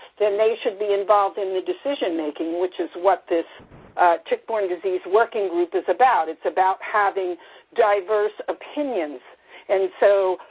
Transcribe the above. then they should be involved in the decision making, which is what this tick-born disease working group is about. it's about having diverse opinions and so,